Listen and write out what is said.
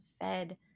fed